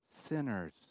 sinners